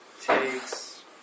Takes